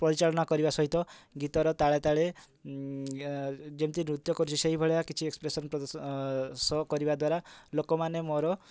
ପରିଚାଳନା କରିବା ସହିତ ଗୀତର ତାଳେ ତାଳେ ଯେମିତି ନୃତ୍ୟ କରୁଛି ସେଇ ଭଳିଆ କିଛି ଏକ୍ସପ୍ରେସନ୍ ପ୍ରଦର୍ଶ ଶୋ କରିବା ଦ୍ୱାରା ଲୋକମାନେ ମୋର